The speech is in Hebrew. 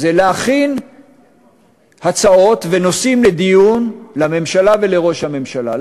זה להכין הצעות ונושאים לדיון לממשלה ולראש הממשלה.